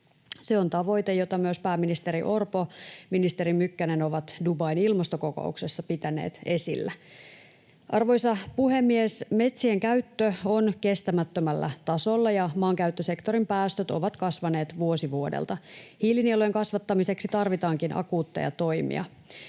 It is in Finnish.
Se on tavoite, jota myös pääministeri Orpo ja ministeri Mykkänen ovat Dubain ilmastokokouksessa pitäneet esillä. Arvoisa puhemies! Metsien käyttö on kestämättömällä tasolla, ja maankäyttösektorin päästöt ovat kasvaneet vuosi vuodelta. Hiilinielujen kasvattamiseksi tarvitaankin akuutteja toimia.